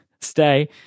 Stay